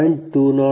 203 5